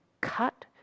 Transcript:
cut